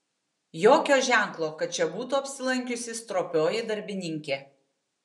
jokio ženklo kad čia būtų apsilankiusi stropioji darbininkė